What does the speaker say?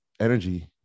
energy